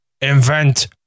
Invent